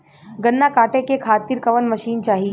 गन्ना कांटेके खातीर कवन मशीन चाही?